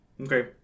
Okay